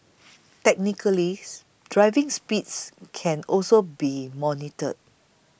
technically driving speeds can also be monitored